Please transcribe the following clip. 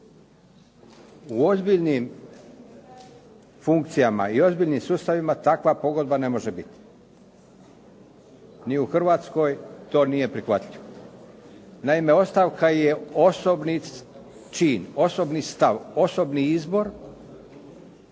U ozbiljnim funkcijama i ozbiljnima sustavima takva pogodba ne može biti. Ni u Hrvatskoj to nije prihvatljivo. Naime, ostavka je osobni čin, osobni stav, osobni izbor